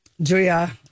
Julia